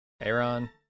Aaron